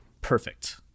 Perfect